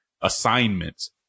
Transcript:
assignments